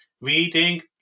Reading